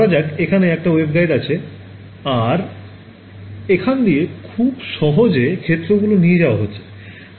ধরা যাক এখানে একটা waveguide আছে আর এখান দিয়ে খুব সহজে ক্ষেত্র গুলো নিয়ে যাওয়া হচ্ছে